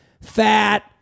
fat